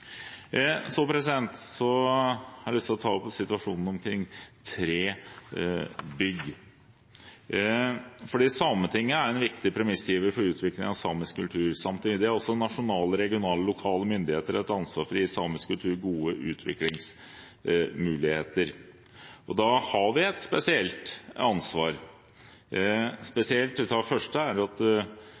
Så har jeg lyst til å ta opp situasjonen omkring tre bygg. Sametinget er en viktig premissgiver for utvikling av samisk kultur. Samtidig har også nasjonale, regionale og lokale myndigheter et ansvar for å gi samisk kultur gode utviklingsmuligheter. Da har vi et spesielt ansvar. Det første er